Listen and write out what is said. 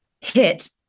hit